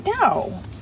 no